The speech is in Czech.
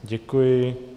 Děkuji.